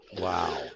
Wow